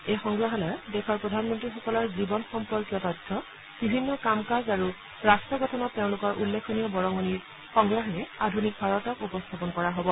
এই সংগ্ৰহালয়ত দেশৰ প্ৰধানমন্ত্ৰীসকলৰ জীৱন সম্পৰ্কীয়ন তথ্য বিভিন্ন কাম কাজ আৰু ৰট্ট গঠনত তেওঁলোকৰ উল্লেখনীয় বৰঙণিৰ সংগ্ৰহেৰে আধুনিক ভাৰতক উপস্থাপন কৰা হব